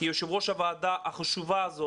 כיושב-ראש הוועדה החשובה הזאת,